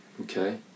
okay